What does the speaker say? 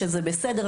שזה בסדר,